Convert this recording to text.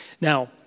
Now